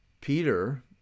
Peter